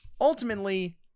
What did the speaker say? Ultimately